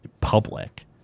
public